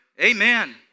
Amen